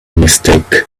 mistake